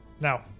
Now